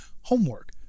homework